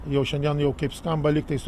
jau šiandien jau kaip skamba lygtais